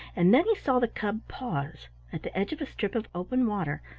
and then he saw the cub pause at the edge of a strip of open water,